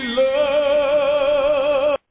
love